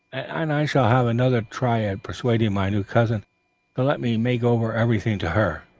and i shall have another try at persuading my new cousin to let me make over everything to her.